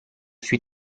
sui